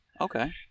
Okay